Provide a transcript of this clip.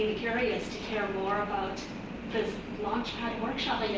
curious to hear more about this launch pad workshop